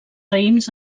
raïms